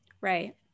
Right